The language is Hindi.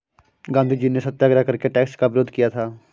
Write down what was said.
गांधीजी ने सत्याग्रह करके टैक्स का विरोध किया था